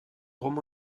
roman